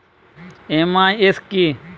MIS কি?